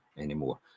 anymore